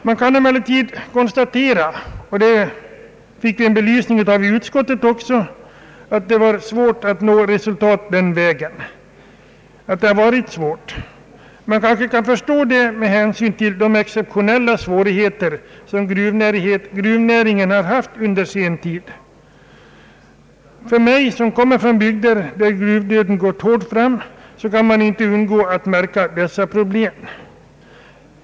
Man kan emellertid konstatera — och det fick vi belyst också vid utskottsbehandlingen att det har varit svårt att nå resultat den vägen. Det är förståeligt med hänsyn till de exceptionella svårigheter som gruvnäringen har haft under senare tid. Om man som jag kommer från bygder där gruvdöden gått hårt fram, kan man inte undgå att märka dessa problem.